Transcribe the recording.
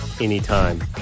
anytime